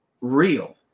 real